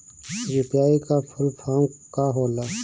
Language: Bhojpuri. यू.पी.आई का फूल फारम का होला?